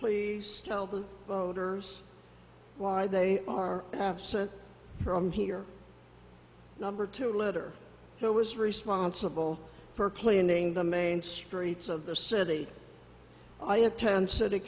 please tell the voters why they are absent from here number two letter who was responsible for cleaning the main streets of the city i attend city